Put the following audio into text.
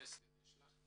כן אסתר בבקשה.